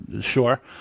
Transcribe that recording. Sure